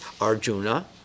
Arjuna